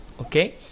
Okay